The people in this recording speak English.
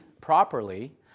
properly